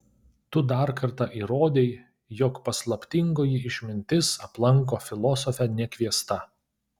tu dar kartą įrodei jog paslaptingoji išmintis aplanko filosofę nekviesta